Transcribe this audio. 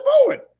forward